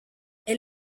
est